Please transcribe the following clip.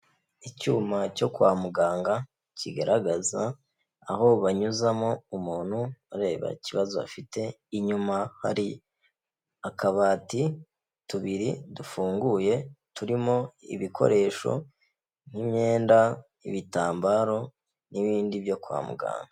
Icyuma cyo kwa muganga, kigaragaza aho banyuzamo umuntu bareba ikibazo afite, inyuma hari akabati tubiri dufunguye, turimo ibikoresho nk'imyenda, ibitambaro n'ibindi byo kwa muganga.